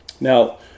now